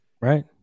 Right